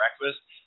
breakfast